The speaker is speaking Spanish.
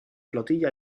flotilla